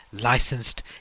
licensed